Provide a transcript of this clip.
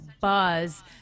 buzz